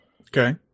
Okay